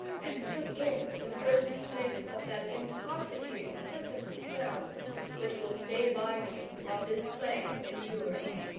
and took in the first sniff of that intoxicating circus smell that will stay by me while this clay endures.